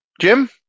Jim